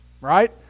Right